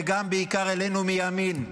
ובעיקר אלינו מימין,